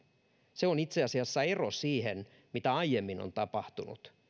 se on itse asiassa ero siihen mitä aiemmin on tapahtunut